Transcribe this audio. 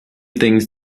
things